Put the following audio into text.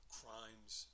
crimes